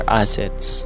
assets